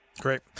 Great